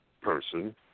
person